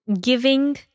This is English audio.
giving